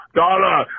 dollar